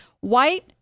White